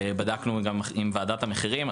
בדקנו גם עם ועדת המחירים.